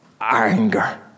anger